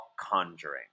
conjuring